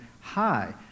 hi